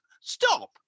Stop